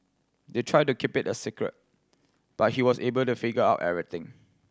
they tried to keep it a secret but he was able to figure out everything